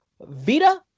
Vita